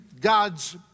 God's